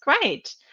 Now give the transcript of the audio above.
great